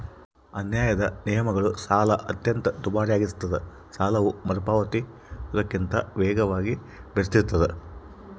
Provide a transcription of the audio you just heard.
ಅನ್ಯಾಯದ ನಿಯಮಗಳು ಸಾಲ ಅತ್ಯಂತ ದುಬಾರಿಯಾಗಿಸ್ತದ ಸಾಲವು ಮರುಪಾವತಿಸುವುದಕ್ಕಿಂತ ವೇಗವಾಗಿ ಬೆಳಿತಿರ್ತಾದ